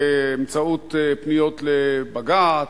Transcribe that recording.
באמצעות פניות לבג"ץ,